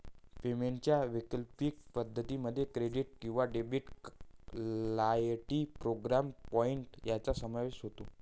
पेमेंटच्या वैकल्पिक पद्धतीं मध्ये क्रेडिट किंवा debit card, loyalty programme point यांचा समावेश होतो